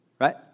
right